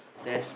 there's